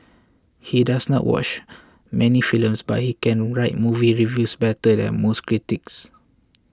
he does not watch many films but he can write movie reviews better than most critics